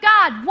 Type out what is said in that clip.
God